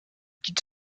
quitte